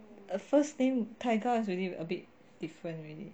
a a first name taiga is really a bit different already